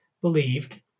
believed